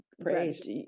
praise